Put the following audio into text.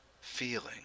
feeling